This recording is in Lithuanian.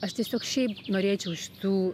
aš tiesiog šiaip norėčiau šitų